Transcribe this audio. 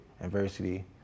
adversity